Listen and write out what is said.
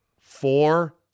Four